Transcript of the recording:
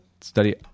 Study